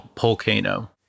Volcano